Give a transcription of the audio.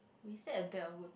is that a bad or good